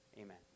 Amen